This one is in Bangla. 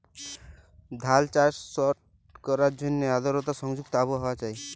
ধাল চাষট ক্যরার জ্যনহে আদরতা সংযুক্ত আবহাওয়া চাই